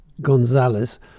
Gonzalez